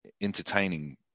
entertaining